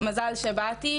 מזל שבאתי,